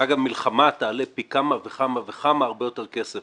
מלחמה תעלה פי כמה וכמה ותעלה הרבה יותר כסף.